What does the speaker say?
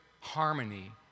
harmony